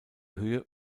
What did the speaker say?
höhe